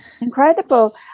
incredible